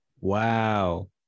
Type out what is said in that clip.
Wow